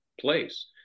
place